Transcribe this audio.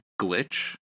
glitch